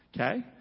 Okay